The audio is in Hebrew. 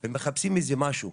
הם מחפשים איזה משהו,